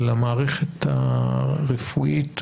למערכת הרפואית,